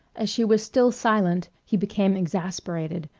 as she was still silent, he became exasperated.